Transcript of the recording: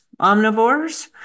omnivores